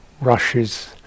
rushes